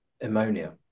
ammonia